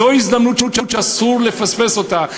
זו הזדמנות שאסור לפספס אותה,